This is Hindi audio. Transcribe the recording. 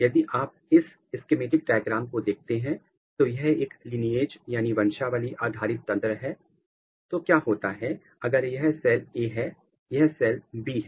यदि आप इस स्कीमेटिक डायग्राम को देखते हैं तो यह एक लीनिएज आधारित तंत्र है तो क्या होता है अगर यह सेल ए है यह सेल बी है